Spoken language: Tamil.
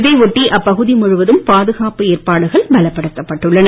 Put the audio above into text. இதையொட்டி அப்பகுதி முழுவதும் பாதுகாப்பு ஏற்பாடுகள் பலப்படுத்தப்பட்டுள்ளன